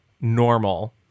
normal